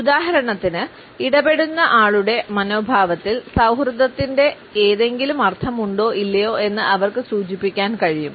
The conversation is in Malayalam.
ഉദാഹരണത്തിന് ഇടപെടുന്ന ആളുടെ മനോഭാവത്തിൽ സൌഹൃദത്തിന്റെ എന്തെങ്കിലും അർത്ഥമുണ്ടോ ഇല്ലയോ എന്ന് അവർക്ക് സൂചിപ്പിക്കാൻ കഴിയും